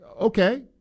Okay